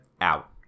out